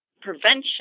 prevention